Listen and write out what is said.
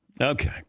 Okay